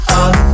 up